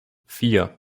vier